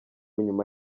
nyuma